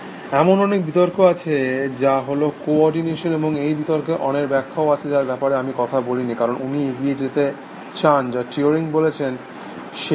এমন অনেক বিতর্ক আছে যা হল কো অর্ডিনেশন এবং এই বিতর্কের অনেক ব্যাখাও আছে যার ব্যাপারে আমি কথা বলিনি কারণ উনি এগিয়ে যেতে চান যা টিউরিং বলেছেন সেই দিকে